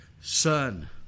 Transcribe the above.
Son